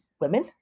women